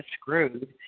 screwed